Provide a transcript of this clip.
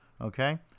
Okay